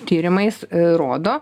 tyrimais rodo